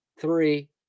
three